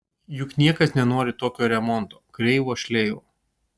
juk niekas nenori tokio remonto kreivo šleivo